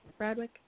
Bradwick